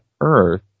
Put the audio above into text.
Earth